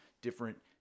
different